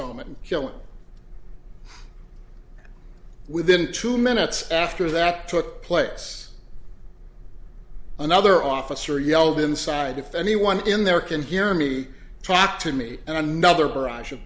home and kill him within two minutes after that took place another officer yelled inside if anyone in there can hear me talk to me and another barrage of